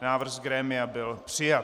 Návrh z grémia byl přijat.